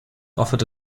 offered